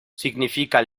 significa